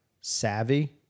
savvy